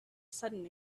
sudden